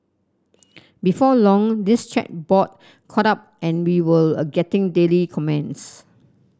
before long this chat board caught on and we were are getting daily comments